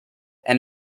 and